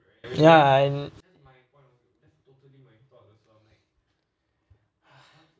ya and